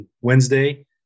wednesday